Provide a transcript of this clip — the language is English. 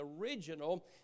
original